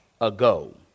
ago